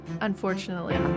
unfortunately